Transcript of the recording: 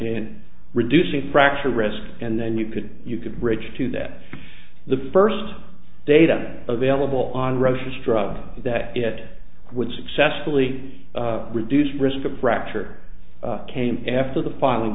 and reducing fracture risk and then you could you could bridge to that the first data available on russia's drugs that it would successfully reduce risk of fracture came after the filing